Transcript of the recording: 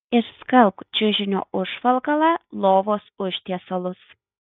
išskalbk čiužinio užvalkalą lovos užtiesalus